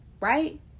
right